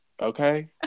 okay